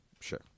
sure